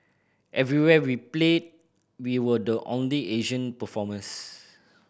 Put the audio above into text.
everywhere we played we were the only Asian performers